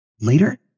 Later